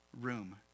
room